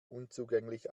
unzugänglich